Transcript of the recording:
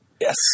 Yes